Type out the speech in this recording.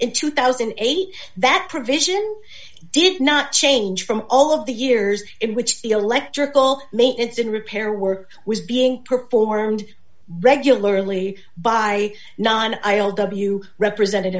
in two thousand and eight that provision did not change from all of the years in which the electrical maintenance and repair work was being performed regularly by non i o w represented